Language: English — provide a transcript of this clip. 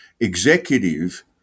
executive